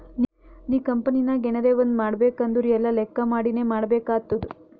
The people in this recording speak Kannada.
ನೀ ಕಂಪನಿನಾಗ್ ಎನರೇ ಒಂದ್ ಮಾಡ್ಬೇಕ್ ಅಂದುರ್ ಎಲ್ಲಾ ಲೆಕ್ಕಾ ಮಾಡಿನೇ ಮಾಡ್ಬೇಕ್ ಆತ್ತುದ್